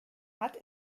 hat